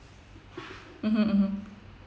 mmhmm mmhmm